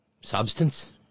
substance